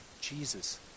Jesus